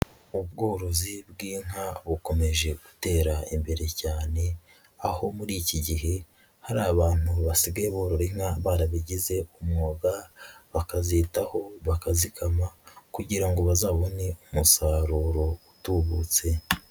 Ubworozi bw'inka bukomeje gutera imbere cyane, aho muri iki gihe hari abantu basigaye borora inka barabigize umwuga, bakazitaho bakazikama kugira ngo bazabone umusaruro utubutse.